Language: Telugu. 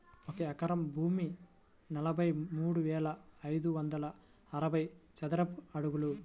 ఒక ఎకరం భూమి నలభై మూడు వేల ఐదు వందల అరవై చదరపు అడుగులు